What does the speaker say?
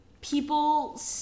people